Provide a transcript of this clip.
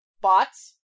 Bots